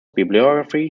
bibliography